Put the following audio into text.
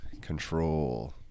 control